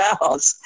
house